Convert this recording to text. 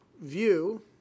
view